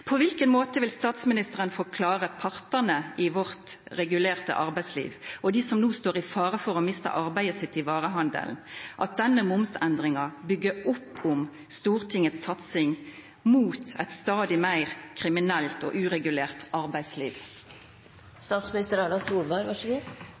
På hvilken måte vil statsministeren forklare partene i vårt regulerte arbeidsliv og dem som nå står i fare for å miste arbeidet sitt i varehandelen, at denne momsendringen bygger opp om Stortingets satsing mot et stadig mer kriminelt og uregulert arbeidsliv?